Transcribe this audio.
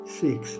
six